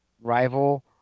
rival